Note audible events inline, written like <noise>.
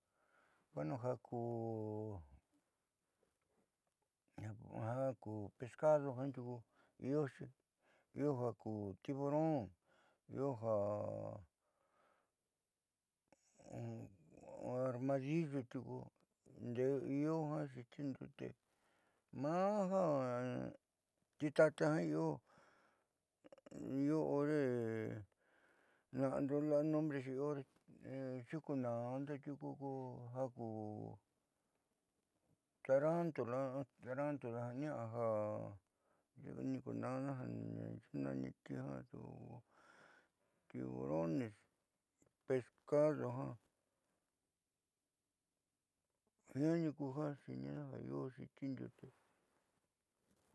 Ja ku pescado jiaa tiuku ioxi io ja tiburon io ja <hesitation> armadillo tiuku io jiaa xiti ndiute ma'a ja titata jiaa io io hore na'ando la'a nombrexi xukunando tiuku ko ja ku tarantula ña'a janikuna'ana nanxeeniti tiburones pescado jiaani ximinaa ja io xiti ndiute.